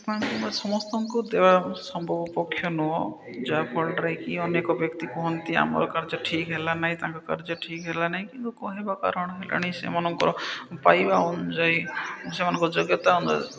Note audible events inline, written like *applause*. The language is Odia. *unintelligible* ସମସ୍ତଙ୍କୁ ଦେବା ସମ୍ଭବ ପକ୍ଷ ନୁହଁ ଯାହାଫଳରେ କି ଅନେକ ବ୍ୟକ୍ତି କୁହନ୍ତି ଆମର କାର୍ଯ୍ୟ ଠିକ୍ ହେଲା ନାହିଁ ତାଙ୍କ କାର୍ଯ୍ୟ ଠିକ ହେଲା ନାହିଁ କିନ୍ତୁ କହିବା କାରଣ ହେଲାଣି ସେମାନଙ୍କର ପାଇବା ଅନୁଯାୟୀ ସେମାନଙ୍କ ଯୋଗ୍ୟତା *unintelligible*